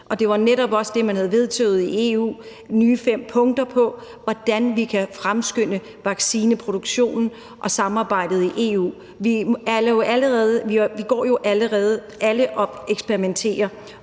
Det var netop også det, man havde vedtaget i EU i form af fem nye punkter, altså hvordan vi kan fremskynde vaccineproduktionen og samarbejdet i EU. Vi går jo ind for det allerede. Alle eksperimenterer.